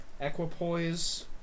Equipoise